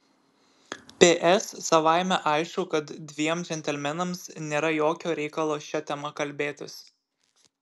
ps savaime aišku kad dviem džentelmenams nėra jokio reikalo šia tema kalbėtis